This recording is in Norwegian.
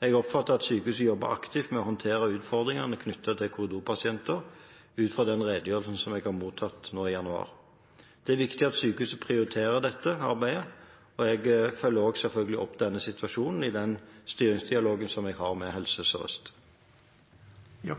Jeg oppfatter at sykehuset jobber aktivt med å håndtere utfordringene knyttet til korridorpasienter, ut fra den redegjørelsen som jeg har mottatt nå i januar. Det er viktig at sykehuset prioriterer dette arbeidet, og jeg følger selvfølgelig opp denne situasjonen i styringsdialogen som jeg har med Helse Sør-Øst. Det